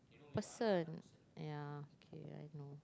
person yeah okay I know